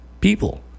people